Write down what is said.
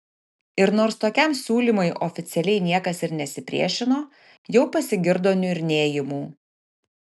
ir nors tokiam siūlymui oficialiai niekas ir nesipriešino jau pasigirdo niurnėjimų